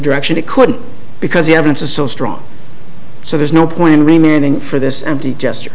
direction it could because the evidence is so strong so there's no point in remaining for this empty gesture